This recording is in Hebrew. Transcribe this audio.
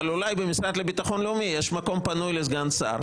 אבל אולי במשרד לביטחון לאומי יש מקום פנוי לסגן שר.